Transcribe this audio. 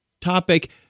topic